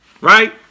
right